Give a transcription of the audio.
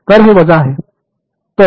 तर हे वजा आहे